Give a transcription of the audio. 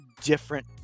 different